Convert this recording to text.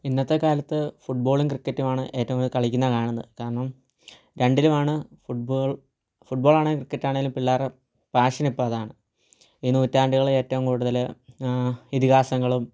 ഇന്നത്തെ കാലത്ത് ഫുട്ബോളും ക്രിക്കറ്റുമാണ് ഏറ്റവും കൂടുതൽ കളിക്കുന്നത് കാണുന്നത് കാരണം രണ്ടിലുമാണ് ഫുട്ബോൾ ഫുട്ബോളാണേലും ക്രിക്കറ്റാണേലും പിള്ളേരുടെ പാഷനിപ്പോൾ അതാണ് ഈ നൂറ്റാണ്ടുകളിലേറ്റവും കൂടുതൽ ഇതിഹാസങ്ങളും